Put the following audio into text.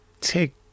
take